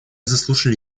заслушали